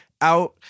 Out